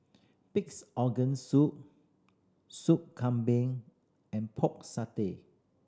Pig's Organ Soup Sup Kambing and Pork Satay